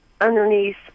underneath